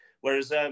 Whereas